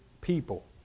people